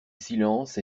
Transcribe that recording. silence